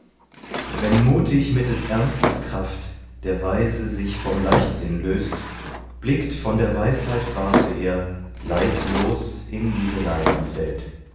wenn mutig mit des ernstes kraft der weise sich vom leichtsinn löst blickt von der weisheit warte er leidlos in diese